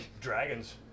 Dragons